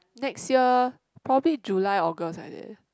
next year probably July August like that